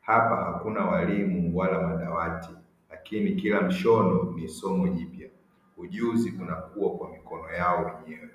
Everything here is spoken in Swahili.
Hapa hakuna walimu wala madawati lakini kila mshono ni somo jipya ujuzi unakua kwa mikono yao wenyewe.